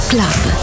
Club